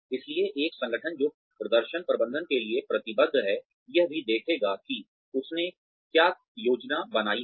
इसलिए एक संगठन जो प्रदर्शन प्रबंधन के लिए प्रतिबद्ध है यह भी देखेगा कि उसने क्या योजना बनाई है